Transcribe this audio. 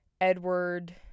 Edward